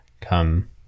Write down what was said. come